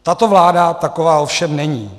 Tato vláda taková ovšem není.